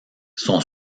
son